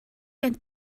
gen